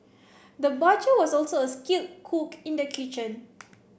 the butcher was also a skilled cook in the kitchen